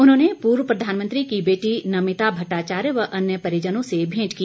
उन्होंने पूर्व प्रधानमंत्री की बेटी नमिता भटटाचार्य व अन्य परिजनों से भेंट की